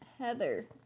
Heather